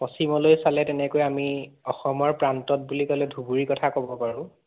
পশ্চিমলৈ চালে তেনেকৈ আমি অসমৰ প্ৰান্তত বুলি ক'লে ধুবুৰীৰ কথা ক'ব পাৰোঁ